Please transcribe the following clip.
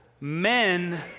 men